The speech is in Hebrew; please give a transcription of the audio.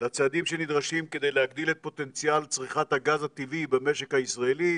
לצעדים שנדרשים כדי להגדיל את פוטנציאל צריכת הגז הטבעי במשק הישראלי,